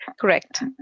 Correct